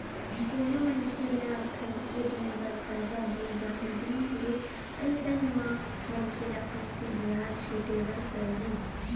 कोनो मनखे ल थोरके दिन बर करजा देय जाही बेंक ले अइसन म मनखे ल कमती बियाज छूटे बर परही